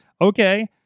okay